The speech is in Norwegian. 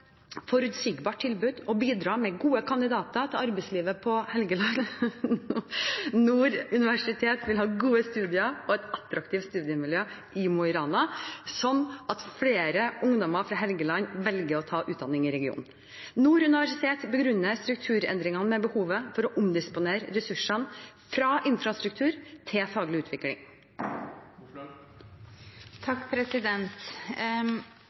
forutsigbart tilbud og bidra med gode kandidater til arbeidslivet på Helgeland. Nord universitet vil ha gode studier og et attraktivt studiemiljø i Mo i Rana, slik at flere ungdommer fra Helgeland velger å ta utdanning i regionen. Nord universitet begrunner strukturendringene med behovet for å omdisponere ressursene fra infrastruktur til faglig utvikling.